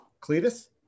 Cletus